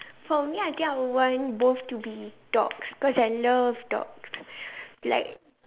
for me I think I would want both to be dogs because I love dogs like